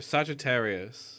Sagittarius